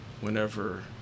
whenever